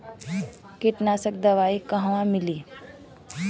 कीटनाशक दवाई कहवा मिली?